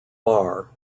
bar